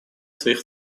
своих